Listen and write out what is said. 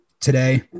Today